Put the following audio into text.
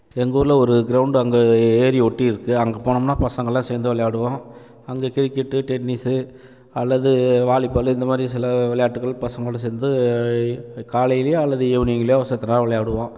எங்கள் ஊரில் ஒரு கிரௌண்டு அங்கே ஏரி ஒட்டி இருக்குது அங்கே போனோம்னால் பசங்க எல்லாம் சேர்ந்து விளையாடுவோம் அங்கே கிரிக்கெட்டு டென்னிஸ்ஸு அல்லது வாலிபாலு இந்த மாதிரி சில விளையாட்டுகள் பசங்களோட சேர்ந்து காலையிலேயோ அல்லது ஈவினிங்குலேயோ செத்த நேரம் விளையாடுவோம்